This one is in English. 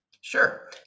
Sure